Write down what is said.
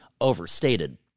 overstated